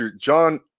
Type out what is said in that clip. John